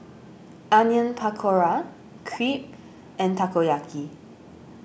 Onion Pakora Crepe and Takoyaki